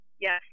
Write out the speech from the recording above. Yes